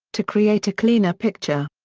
to create a cleaner picture.